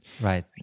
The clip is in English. right